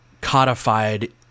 codified